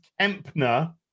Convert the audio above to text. Kempner